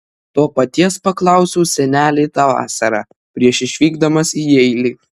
to paties paklausiau senelį tą vasarą prieš išvykdamas į jeilį